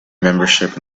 membership